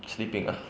sleeping ah